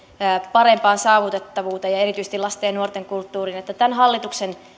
parempaan saavutettavuuteen ja erityisesti lasten ja nuorten kulttuuriin että tämän hallituksen